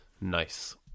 Nice